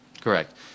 Correct